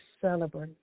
celebrate